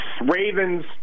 Ravens